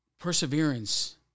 Perseverance